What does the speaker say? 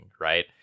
right